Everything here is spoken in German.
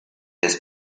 des